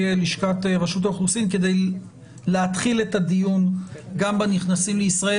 לשכת רשות האוכלוסין כדי להתחיל את הדיון גם בנכנסים לישראל.